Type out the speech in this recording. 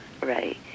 right